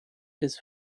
des